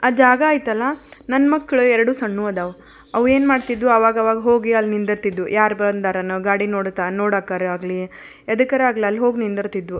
ಆ ಜಾಗ ಐತಲ್ಲ ನನ್ನ ಮಕ್ಕಳು ಎರಡು ಸಣ್ಣವು ಅದಾವು ಅವು ಏನ್ಮಾಡ್ತಿದ್ದವು ಆವಾಗವಾಗ ಹೋಗಿ ಅಲ್ಲಿ ನಿಂದಿರ್ತಿದ್ವು ಯಾರು ಬಂದಾರನ ಗಾಡಿ ನೋಡ್ತಾ ನೋಡಾಕರ ಆಗಲಿ ಎದಕ್ಕಾರ ಆಗಲಿ ಅಲ್ಲಿ ಹೋಗಿ ನಿಂದಿರ್ತಿದ್ದವು